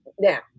Now